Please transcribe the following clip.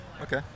Okay